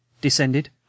Descended